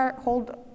hold